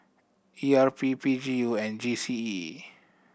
E R P P G U and G C E